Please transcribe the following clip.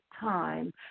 time